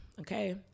Okay